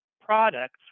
products